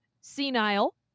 senile